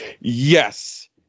Yes